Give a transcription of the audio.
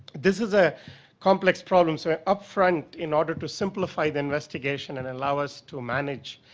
this is ah complex problem so up front in order to simplify the investigation and allow us to manage,